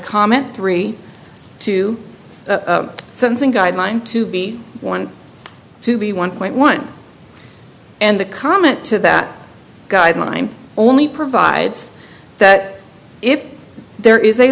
comment three two something guideline to be one to be one point one and the comment to that guideline only provides that if there is